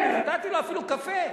נתתי לו אפילו קפה.